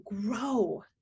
grow